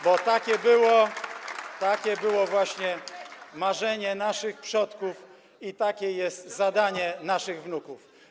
Bo takie było właśnie marzenie naszych przodków i takie jest zadanie naszych wnuków.